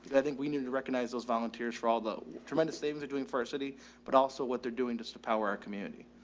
i think we need to recognize those volunteers for all the tremendous savings are doing ferocity, but also what they're doing just to power our community.